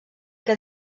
que